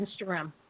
Instagram